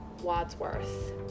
Wadsworth